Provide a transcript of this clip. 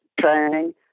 training